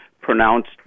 pronounced